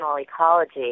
ecology